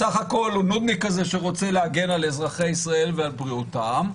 בסך הכול הוא נודניק שרוצה להגן על אזרחי ישראל ועל בריאותם,